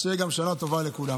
אז שתהיה שנה טובה לכולם.